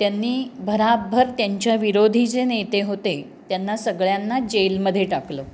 त्यांनी भराभर त्यांच्या विरोधी जे नेते होते त्यांना सगळ्यांना जेलमध्ये टाकलं